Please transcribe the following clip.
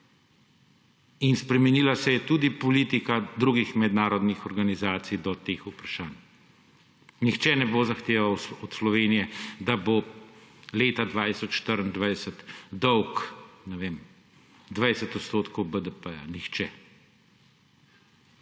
Spremenila se je tudi politika drugih mednarodnih organizacij do teh vprašanj. Nihče ne bo zahteval od Slovenije, da bo leta 2024 dolg, ne vem, 20 odstotkov BDP-ja. Nihče.